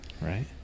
Right